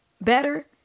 better